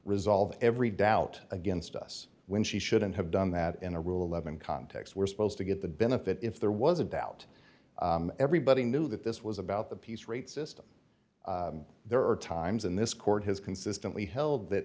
resolve every doubt against us when she shouldn't have done that in a rule eleven context we're supposed to get the benefit if there was a doubt everybody knew that this was about the piece rate system there are times in this court has consistently held that